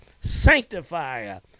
sanctifier